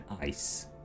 ice